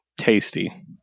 tasty